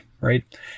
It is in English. Right